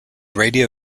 radio